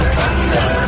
Thunder